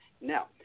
now